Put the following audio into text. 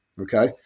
Okay